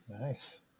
nice